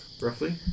roughly